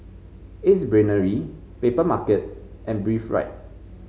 Ace Brainery Papermarket and Breathe Right